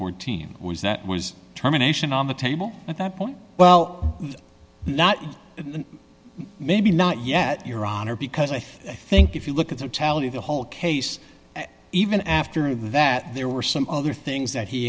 fourteen was that was terminations on the table at that point well not maybe not yet your honor because i think if you look at the tally the whole case even after that there were some other things that he